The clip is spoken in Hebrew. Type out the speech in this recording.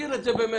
תשאיר את זה במתח.